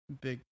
big